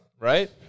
Right